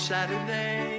Saturday